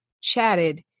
chatted